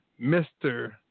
Mr